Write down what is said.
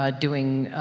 um doing,